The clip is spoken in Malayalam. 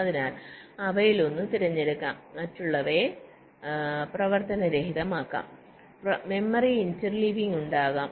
അതിനാൽ അവയിലൊന്ന് തിരഞ്ഞെടുക്കാം മറ്റുള്ളവരെ പ്രവർത്തനരഹിതമാക്കാം മെമ്മറി ഇന്റർലീവിംഗ് ഉണ്ടാകാം